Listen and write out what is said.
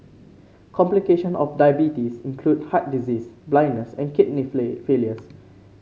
complication of diabetes include heart disease blindness and kidney failure